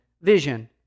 vision